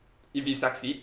if we succeed